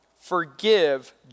Forgive